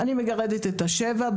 אני מגרדת את השבע,